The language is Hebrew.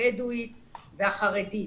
הבדואית והחרדית.